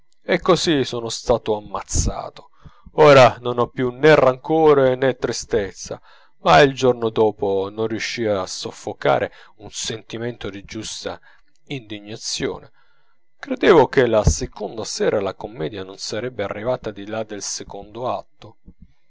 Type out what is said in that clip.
e così sono stato ammazzato ora non ho più nè rancore nè tristezza ma il giorno dopo non riuscii a soffocare un sentimento di giusta indignazione credevo che la seconda sera la commedia non sarebbe arrivata di là dal secondo atto